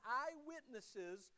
eyewitnesses